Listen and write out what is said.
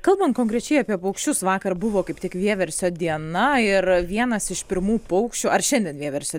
kalbant konkrečiai apie paukščius vakar buvo kaip tik vieversio diena ir vienas iš pirmų paukščių ar šiandien vieversio